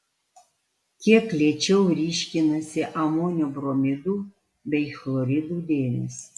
kiek lėčiau ryškinasi amonio bromidų bei chloridų dėmės